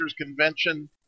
Convention